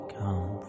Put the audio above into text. come